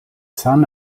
son